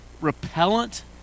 repellent